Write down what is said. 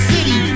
City